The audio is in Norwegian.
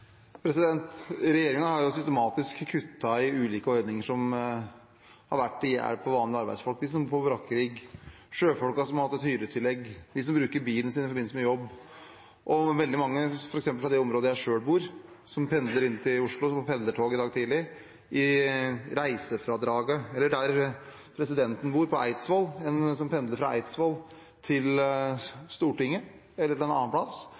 har jo systematisk kuttet i ulike ordninger som har vært til hjelp for vanlige arbeidsfolk – de som bor på brakkerigg, sjøfolkene som har hatt et hyretillegg, de som bruker bilen sin i forbindelse med jobb, og i reisefradraget for veldig mange, f.eks. fra det området jeg selv bor i, som pendler inn til Oslo, som tok pendlertog i dag tidlig, eller der presidenten bor, på Eidsvoll. En som pendler fra Eidsvoll til Stortinget eller til en annen plass,